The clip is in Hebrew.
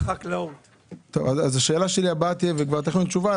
אז השאלה הבאה שלי תהיה ותכינו תשובה,